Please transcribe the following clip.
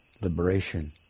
liberation